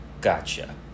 gotcha